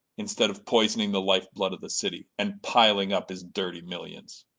instead of poisoning the life-blood of the city, and piling up his dirty millions.